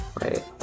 Right